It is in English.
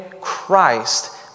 Christ